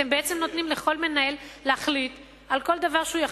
אתם בעצם נותנים לכל מנהל להחליט על כל דבר שזה